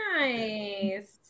Nice